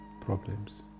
problems